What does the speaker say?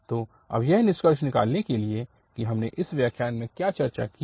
और अब यह निष्कर्ष निकालने के लिए कि हमने इस व्याख्यान में क्या चर्चा की है